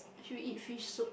should we eat fish soup